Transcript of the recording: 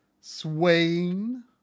swaying